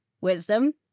wisdom